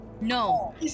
No